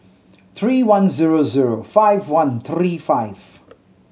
three one zero zero five one three five